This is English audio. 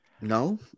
no